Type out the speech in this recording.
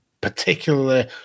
particularly